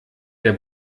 der